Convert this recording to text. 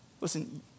Listen